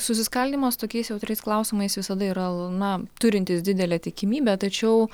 susiskaldymas tokiais jautriais klausimais visada yra na turintis didelę tikimybę tačiau